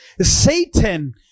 Satan